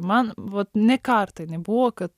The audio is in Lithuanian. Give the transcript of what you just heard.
man vat nė karto nebuvo kad